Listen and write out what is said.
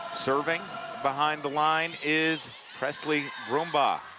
serving behind the line is presley brumbaugh,